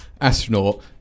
astronaut